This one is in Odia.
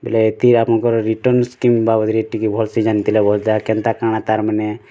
ବୋଲେ ଏଥିର୍ ଆପଣକର ରିଟର୍ଣ୍ଣ ସ୍କିମ୍ ବାବଦରେ ଟିକେ ଭଲ୍ସେ ଜାଣିଥିଲେ ଭଲ୍ କେନ୍ତା କାଣା ତା'ର୍ ମାନେ